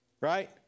right